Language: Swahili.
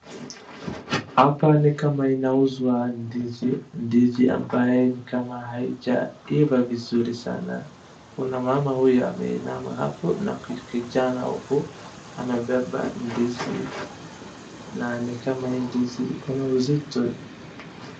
Hapa ni kama inauzwa ndizi, ndizi ambayo nikama haijaiva vizuri sana ,kuna mama huyu ameinama hapo na kijana hapo amebeba ndizi na nikama hii ndizi ikona uzito.